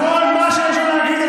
לכל מה שיש לו להגיד.